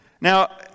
Now